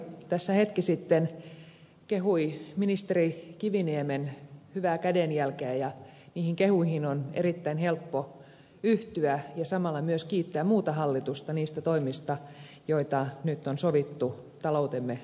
kalmari tässä hetki sitten kehui ministeri kiviniemen hyvää kädenjälkeä ja niihin kehuihin on erittäin helppo yhtyä ja samalla myös kiittää muuta hallitusta niistä toimista joita nyt on sovittu taloutemme vakauttamiseksi